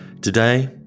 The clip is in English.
Today